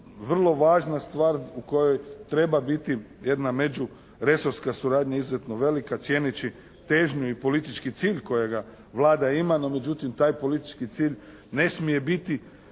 vrlo važna stvar u kojoj treba biti jedna međuresorska suradnja izuzetno velika, cijeneći težnju i politički cilj kojega Vlada ima. No međutim, taj politički cilj ne smije biti